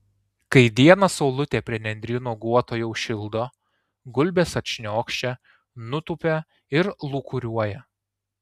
kai dieną saulutė prie nendryno guoto jau šildo gulbės atšniokščia nutūpia ir lūkuriuoja